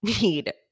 need